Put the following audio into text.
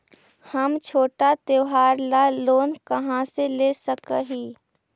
हम छोटा त्योहार ला लोन कहाँ से ले सक ही?